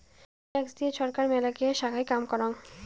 tax দিয়ে ছরকার মেলাগিলা সোগায় কাম করাং